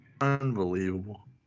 Unbelievable